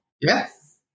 Yes